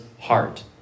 heart